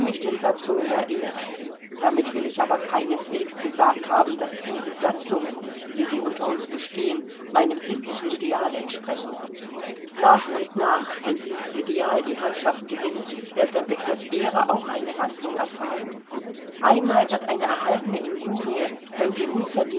den satzungen der ehre damit will ich aber keineswegs gesagt haben daß diese satzungen wie sie unter uns bestehen meinem sittlichen ideal entsprechen nach und nach wenn dieses ideal die herrschaft gewinnt wird der begriff der ehre auch eine wandlung erfahren einmal wird eine erhaltene injurie wenn sie